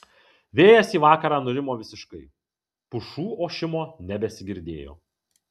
vėjas į vakarą nurimo visiškai pušų ošimo nebesigirdėjo